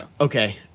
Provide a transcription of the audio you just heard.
Okay